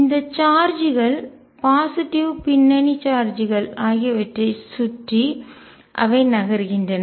இந்த சார்ஜ்கள் பாசிட்டிவ் நேர்மறையான பின்னணி சார்ஜ்கள் ஆகியவற்றைச் சுற்றி அவை நகர்கின்றன